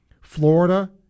Florida